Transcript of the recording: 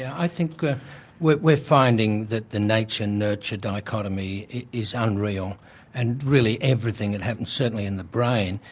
i think ah we're we're finding that the nature-nurture dichotomy is unreal and really everything that happens, certainly in the brain,